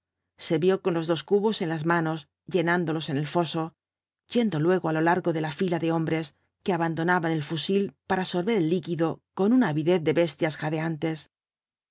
se vio con los dos cubos en las manos llenándolos en el foso yendo luego á lo largo de la tila de hombres que abandonaban el fusil para sorber el líquido con una avidez de bestias